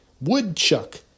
woodchuck